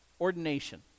ordination